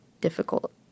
difficult